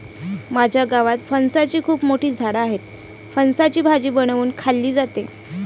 माझ्या गावात फणसाची खूप मोठी झाडं आहेत, फणसाची भाजी बनवून खाल्ली जाते